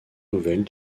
nouvelle